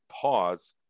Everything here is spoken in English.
pause